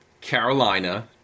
Carolina